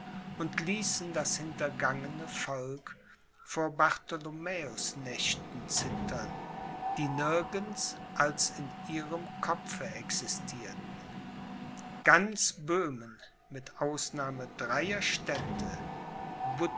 und ließen das hintergangene volk vor bartholomäusnächten zittern die nirgends als in ihrem kopfe existierten ganz böhmen mit ausnahme dreier